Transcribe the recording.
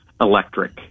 electric